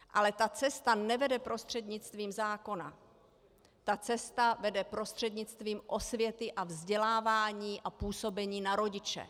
Ale cesta nevede prostřednictvím zákona, cesta vede prostřednictvím osvěty, vzdělávání a působení na rodiče.